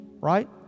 right